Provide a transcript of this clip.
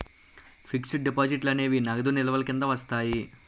fixed డిపాజిట్లు అనేవి నగదు నిల్వల కింద వస్తాయి